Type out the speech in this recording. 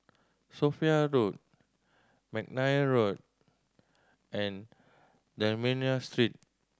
Sophia Road McNair Road and D'Almeida Street